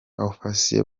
ofisiye